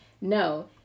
No